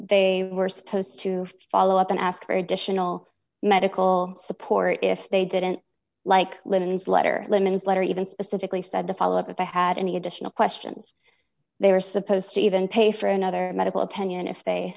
they were supposed to follow up and ask for additional medical support if they didn't like linens letter lemons letter even specifically said the follow up with the had any additional questions they were supposed to even pay for another medical opinion if they